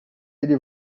ele